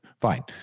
Fine